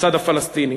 בצד הפלסטיני.